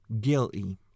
guilty